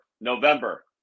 November